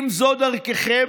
אם זו דרככם,